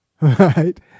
right